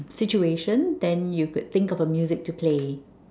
situation then you could think of a music to play